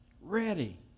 ready